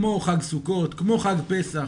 כמו חג סוכות, כמו חג פסח,